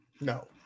No